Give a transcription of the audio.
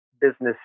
businesses